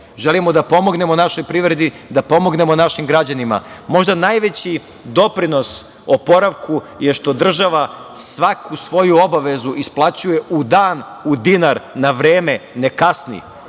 želimo da pomognemo našoj privredi, da pomognemo našim građanima. Možda najveći doprinos oporavku je što država svaku svoju obavezu isplaćuje u dan, u dinar, na vreme, ne kasni